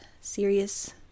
serious